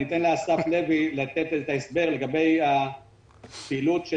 אבקש מאסף לוי להסביר לגבי הפעילות של